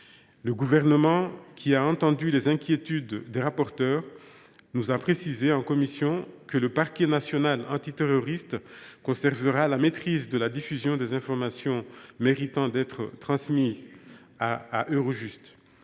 Le Gouvernement, qui a entendu les inquiétudes des rapporteurs, nous a précisé en commission que le parquet national antiterroriste conservera la maîtrise de la diffusion des informations méritant d’être transmises à Eurojust.